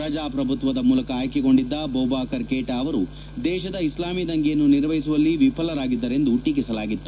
ಪ್ರಜಾಪ್ರಭುತ್ವದ ಮೂಲಕ ಆಯ್ಕೆಗೊಂಡಿದ್ದ ಬೌಬಾಕರ್ ಕೇಟಾ ಅವರು ದೇಶದ ಇಸ್ಲಾಮಿ ದಂಗೆಯನ್ನು ನಿರ್ವಹಿಸುವಲ್ಲಿ ವಿಫಲರಾಗಿದ್ದರೆಂದು ಟೀಕಿಸಲಾಗಿತ್ತು